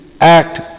act